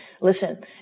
Listen